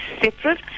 separate